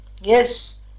Yes